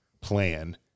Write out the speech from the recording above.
plan